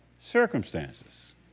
circumstances